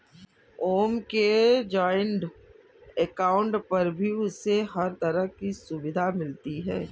ओम के joint account पर भी उसे हर तरह की सुविधा मिलती है